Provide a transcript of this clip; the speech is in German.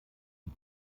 die